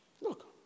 look